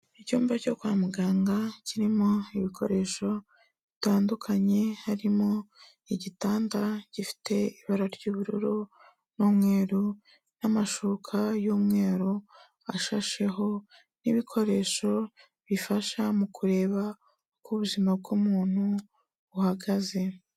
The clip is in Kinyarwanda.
Icyumba cyo kwa muganga kirimo ibikoresho bitandukanye, harimo igitanda gifite ibara ry'ubururu n'umweru n'amashuka y'umweru, ashasheho n'ibikoresho bifasha mu kureba uko ubuzima bw'umuntu buhagaze.